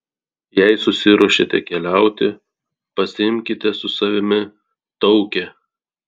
jei susiruošėte keliauti pasiimkite su savimi taukę